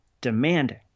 demanding